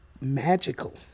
magical